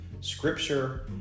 scripture